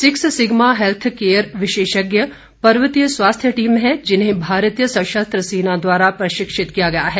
six sigma health care विशेषज्ञ पर्वतीय स्वास्थ्य टीम हैं जिन्हें भारतीय सशस्त्र सेना द्वारा प्रशिक्षित किया गया है